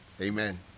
Amen